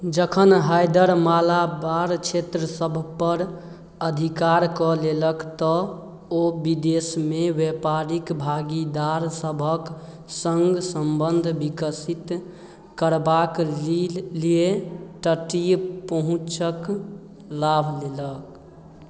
जखन हैदर मालाबार क्षेत्र सबपर अधिकार कऽ लेलक तऽ ओ विदेशमे व्यापारिक भागीदार सबके सङ्ग सम्बन्ध विकसित करबाके लील लिए तटीय पहुँचके लाभ लेलक